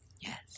Yes